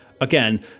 Again